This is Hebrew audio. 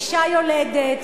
אשה יולדת,